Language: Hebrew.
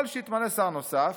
יכול שיתמנה שר נוסף